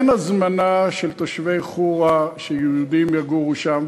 אין הזמנה של תושבי חורה שיהודים יגורו שם,